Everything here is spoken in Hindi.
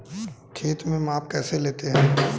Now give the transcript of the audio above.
खेत का माप कैसे लेते हैं?